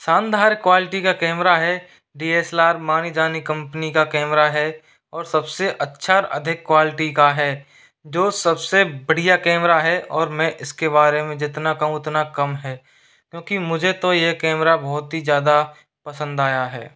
शानदार क्वालिटी का कैमरा है डी एस एल आर जानी मानी कंपनी का कैमरा है और सब से अच्छा और अधिक क्वालिटी का है जो सब से बढ़िया कैमरा है और मैं इसके बारे में जितना कहूँ उतना कम है क्योंकि मुझे तो यह कैमरा बहुत ही ज़्यादा पसंद आया है